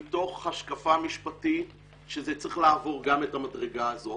מתוך השקפה משפטית שזה צריך לעבור גם את המדרגה הזאת,